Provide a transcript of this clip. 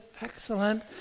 excellent